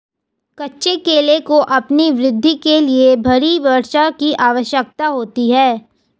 कच्चे केले को अपनी वृद्धि के लिए भारी वर्षा की आवश्यकता होती है